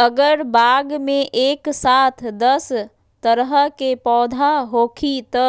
अगर बाग मे एक साथ दस तरह के पौधा होखि त